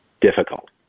difficult